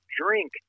drink